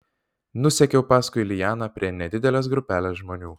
nusekiau paskui lianą prie nedidelės grupelės žmonių